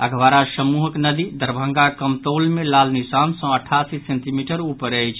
अधवारा समूहक नदी दरभंगाक कमतौल मे लाल निशान सँ अठासी सेंटीमीटर ऊपर अछि